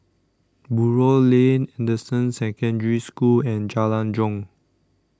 Buroh Lane Anderson Secondary School and Jalan Jong